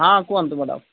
ହଁ କୁହନ୍ତୁ ମ୍ୟାଡ଼ାମ୍